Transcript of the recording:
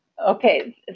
Okay